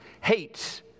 Hate